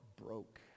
broke